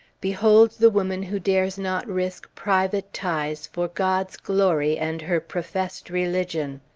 behold the woman who dares not risk private ties for god's glory and her professed religion!